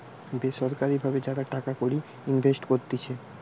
বেসরকারি ভাবে যারা টাকা কড়ি ইনভেস্ট করতিছে